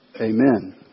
Amen